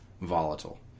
volatile